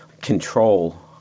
control